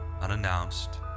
unannounced